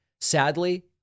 Sadly